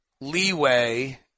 leeway